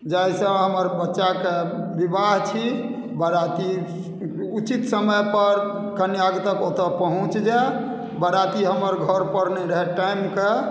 जाहिसँ हमर बच्चाके विवाह छी बरियाती उचित समयपर कन्यागतक ओतय पहुँचि जाय बरयाती हमर घरपर नहि रहय टाइमके